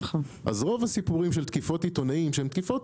אז רוב הסיפורים של תקיפות עיתונאים שהן תקיפות